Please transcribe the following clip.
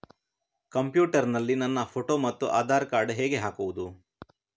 Computer ನಲ್ಲಿ ನನ್ನ photo ಮತ್ತು ಆಧಾರ್ ಕಾರ್ಡ್ ಹೇಗೆ ಹಾಕುವುದು?